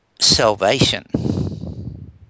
salvation